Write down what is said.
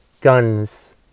guns